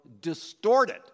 distorted